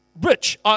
rich